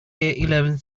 eleven